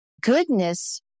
goodness